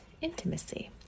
intimacy